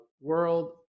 World